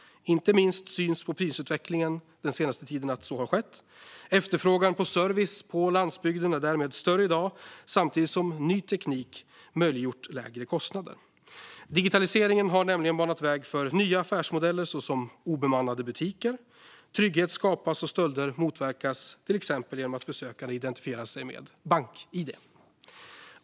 Inte minst syns det på prisutvecklingen den senaste tiden att så har skett. Efterfrågan på service på landsbygden är därmed större i dag, samtidigt som ny teknik möjliggjort lägre kostnader. Digitaliseringen har nämligen banat väg för nya affärsmodeller, såsom obemannade butiker. Trygghet skapas och stölder motverkas till exempel genom att besökarna identifierar sig med bank-id.